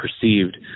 perceived